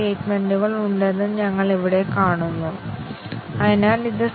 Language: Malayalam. MCDCയുടെ ചുരുക്കത്തിൽ മൂന്ന് കാര്യങ്ങൾ ആവശ്യമാണെന്ന് ഞങ്ങൾ പറഞ്ഞു